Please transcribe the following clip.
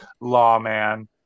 lawman